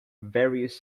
various